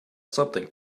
something